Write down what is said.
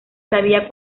sabía